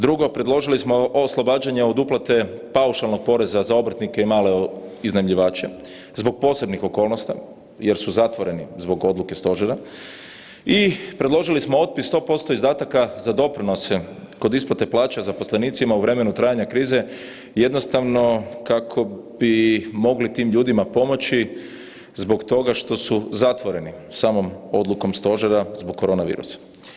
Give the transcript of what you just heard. Drugo, predložili smo oslobađanje od uplate paušalnog poreza za obrtnike i male iznajmljivače zbog posebnih okolnosti jer su zatvoreni zbog odluke stožera i predložili smo otpis 100% izdataka za doprinose kod isplate plaća zaposlenicima u vremenu trajanja krize jednostavno kako bi mogli tim ljudima pomoći zbog toga što su zatvoreni samom odlukom stožera zbog korona virusa.